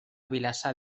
vilassar